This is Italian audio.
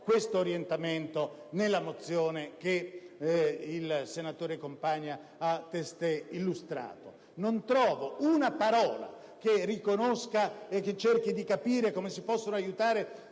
tale orientamento nella mozione che il senatore Compagna ha testé illustrato; non trovo una parola che riconosca e che cerchi di capire come si possono aiutare